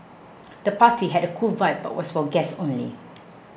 the party had a cool vibe but was for guests only